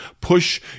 push